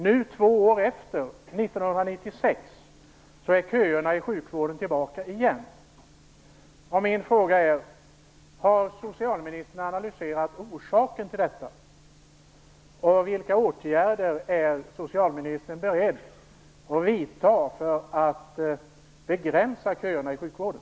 Nu, två år därefter, 1996, är köerna i sjukvården tillbaka igen.